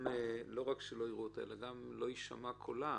שלא רק שלא יראו אותה, אלא שגם לא יישמע קולה,